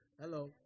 Hello